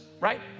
right